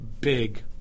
big